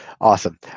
Awesome